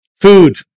Food